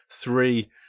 three